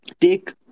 take